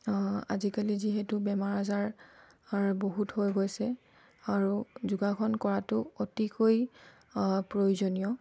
আজিকালি যিহেতু বেমাৰ আজাৰ বহুত হৈ গৈছে আৰু যোগাসন কৰাটো অতিকৈ প্ৰয়োজনীয়